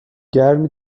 گرمی